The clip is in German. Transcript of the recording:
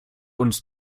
uns